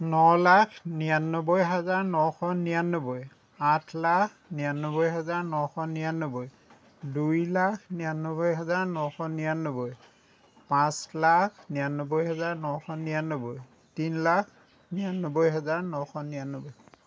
ন লাখ নিৰানব্বৈ হাজাৰ নশ নিৰানব্বৈ আঠ লাখ নিৰানব্বৈ হাজাৰ নশ নিৰানব্বৈ দুই লাখ নিৰানব্বৈ হাজাৰ নশ নিৰানব্বৈ পাঁচ লাখ নিৰানব্বৈ হাজাৰ নশ নিৰানব্বৈ তিন লাখ নিৰানব্বৈ হাজাৰ নশ নিৰানব্বৈ